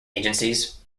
agencies